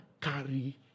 carry